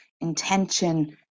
intention